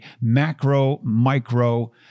macro-micro